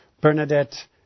Bernadette